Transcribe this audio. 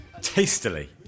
tastily